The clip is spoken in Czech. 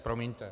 Promiňte.